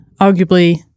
Arguably